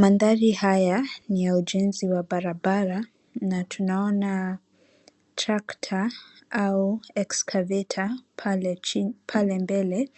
Mandhari haya ni ya ujenzi wa barabara na tunaona tractor au excavator pale mbele